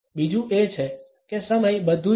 બીજું એ છે કે સમય બધું જ છે